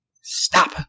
Stop